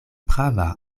prava